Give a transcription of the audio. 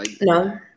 No